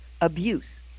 abuse